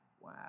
wow